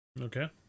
Okay